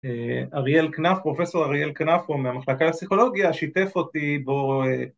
אריאל כנפו, פרופסור אריאל כנפו הוא מהמחלקה לפסיכולוגיה, שיתף אותי בו